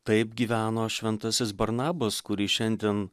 taip gyveno šventasis barnabas kurį šiandien